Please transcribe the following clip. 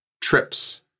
trips